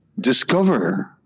Discover